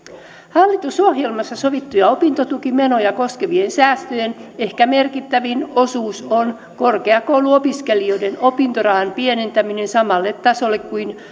hallitusohjelmassa sovittujen opintotukimenoja koskevien säästöjen ehkä merkittävin osuus on korkeakouluopiskelijoiden opintorahan pienentäminen samalle tasolle kuin